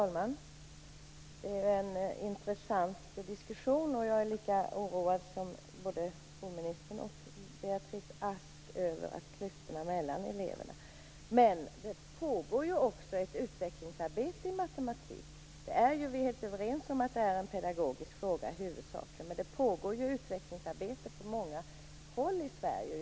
Fru talman! Det är en intressant diskussion. Jag är lika oroad som både skolministern och Beatrice Ask över klyftorna mellan eleverna. Men det pågår ju ett utvecklingsarbete i matematik. Vi är ju helt överens om att det huvudsakligen är en pedagogisk fråga. Men det pågår ju utvecklingsarbete på många håll i Sverige.